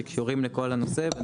שקשורים לכל הנושא,